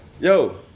yo